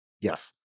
Yes